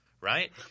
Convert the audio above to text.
right